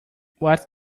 what